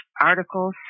articles